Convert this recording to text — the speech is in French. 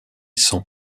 sans